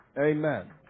Amen